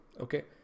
Okay